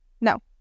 No